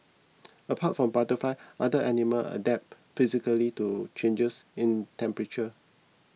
apart from butterfly other animal adapt physically to changes in temperature